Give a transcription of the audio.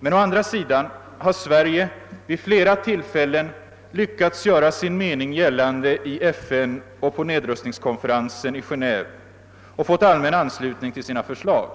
men å andra sidan har Sverige vid flera tillfällen lyckats göra sin mening gällande i FN och på nedrustningskonferensen i Geneve och har därvid fått allmän anslutning till sina förslag.